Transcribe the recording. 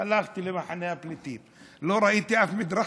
הלכתי למחנה הפליטים, לא ראיתי אף מדרכה.